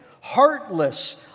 heartless